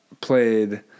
played